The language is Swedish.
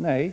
Nej,